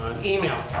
email